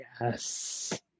Yes